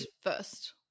first